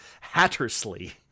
Hattersley